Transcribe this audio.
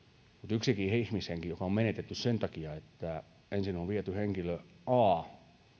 yksikin ihmishenki joka on menetetty sen takia että ensin on viety henkilö a